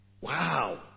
Wow